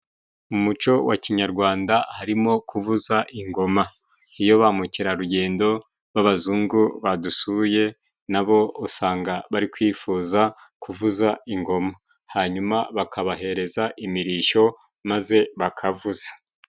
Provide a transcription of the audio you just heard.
Mu muco wa kinyarwanda harimo kuvuza ingoma. Iyo ba mukerarugendo b'abazungu badusuye, nabo usanga bari kwifuza kuvuza ingoma. Hanyuma bakabahereza imirishyo maze bakavuza.